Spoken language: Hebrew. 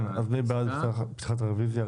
כן אז מי בעד פתיחת הרוויזיה?